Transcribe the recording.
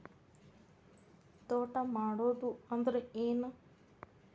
ತೋಟ ಮಾಡುದು ಅಂದ್ರ ಏನ್?